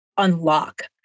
unlock